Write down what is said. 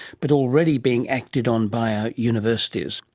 but already being acted on by our universities,